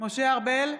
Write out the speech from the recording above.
משה ארבל,